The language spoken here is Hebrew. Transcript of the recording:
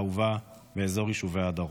אהובה, ואהובה באזור יישובי הדרום.